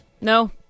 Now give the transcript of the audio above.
No